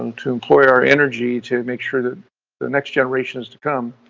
um to employ our energy to make sure that the next generations to come,